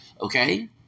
okay